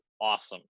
awesome